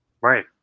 right